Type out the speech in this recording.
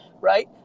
right